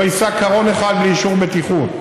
לא ייסע קרון אחד בלי אישור בטיחות,